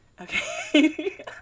okay